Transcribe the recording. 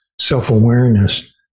self-awareness